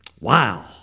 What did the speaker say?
Wow